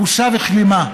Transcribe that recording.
בושה וכלימה.